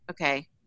okay